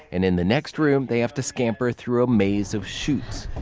and in the next room, they have to scamper through a maze of chutes